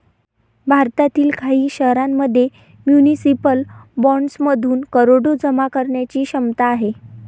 भारतातील काही शहरांमध्ये म्युनिसिपल बॉण्ड्समधून करोडो जमा करण्याची क्षमता आहे